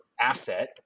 asset